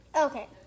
Okay